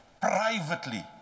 privately